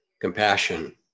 Compassion